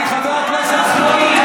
חבר הכנסת סמוטריץ',